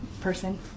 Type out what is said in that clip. person